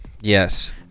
Yes